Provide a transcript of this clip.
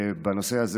בנושא הזה.